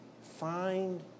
Find